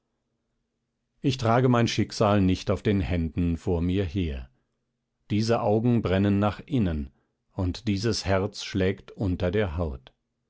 ich trage mein schicksal nicht auf den händen vor mir her diese augen brennen nach innen und dieses herz schlägt unter der haut